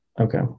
Okay